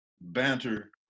banter